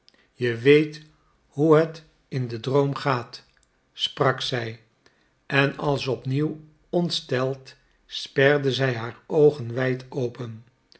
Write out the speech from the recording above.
je weet hoe het in den droom gaat sprak zij en als op nieuw ontsteld sperde zij haar oogen wijd open